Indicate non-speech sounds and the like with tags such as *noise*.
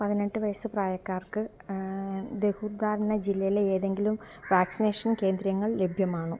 പതിനെട്ട് വയസ്സ് പ്രായക്കാർക്ക് *unintelligible* ജില്ലയിലെ ഏതെങ്കിലും വാക്സിനേഷൻ കേന്ദ്രങ്ങൾ ലഭ്യമാണോ